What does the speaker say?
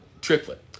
Triplet